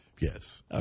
Yes